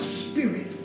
spirit